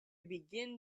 begin